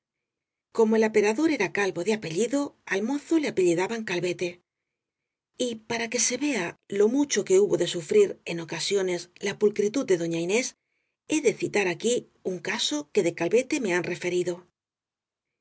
como el aperador era calvo de apellido al mozo le apellidaban calvete y para que se vea lo mucho que hubo de sufrir en ocasiones la pul critud de doña inés he de citar aquí un caso que de calvete me han referido